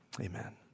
Amen